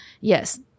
yes